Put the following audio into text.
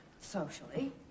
Socially